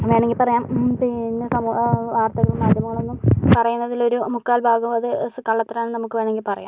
വേണമെങ്കിൽ പറയാം പിന്നെ സമൂഹ വാർത്തകളും മാധ്യമങ്ങളൊന്നും പറയുന്നതിലൊരു മുക്കാൽ ഭാഗവും അത് കള്ളത്തരാണെന്നു നമുക്ക് വേണമെങ്കിൽ പറയാം